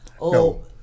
No